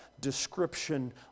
description